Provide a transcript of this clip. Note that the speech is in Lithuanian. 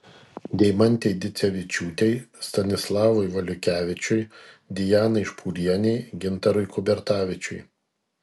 deimantei dicevičiūtei stanislavui valiukevičiui dianai špūrienei gintarui kubertavičiui